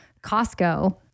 Costco